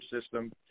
system